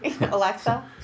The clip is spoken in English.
Alexa